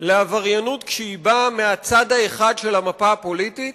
לעבריינות כשהיא באה מהצד האחד של המפה הפוליטית